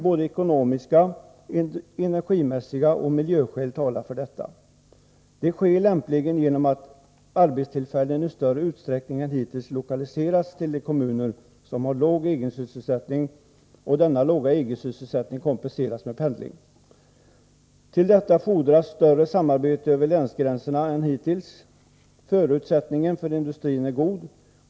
Både ekonomiska och energimässiga skäl samt miljöskäl talar för detta. Det sker lämpligen genom att arbetstillfällen i större utsträckning än hittills lokaliseras till de kommuner som har låg egensysselsättning och där denna låga egensysselsättning kompenseras med pendling. Till detta fordras större samarbete över länsgränserna än hittills. Förutsättningen för industrin är god.